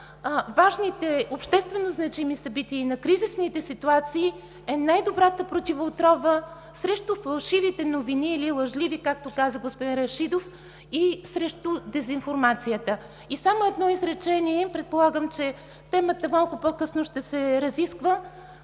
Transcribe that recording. важните, общественозначими събития и на кризисните ситуации е най-добрата противоотрова срещу фалшивите новини или лъжливи, както каза господин Рашидов, и срещу дезинформацията. И само едно изречение, предполагам, че темата малко по-късно ще се разисква,